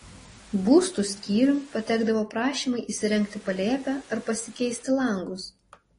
būstų skyriun patekdavo prašymai įsirengti palėpę ar pasikeisti langus